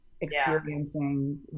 experiencing